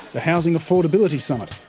the housing affordability summit,